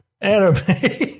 anime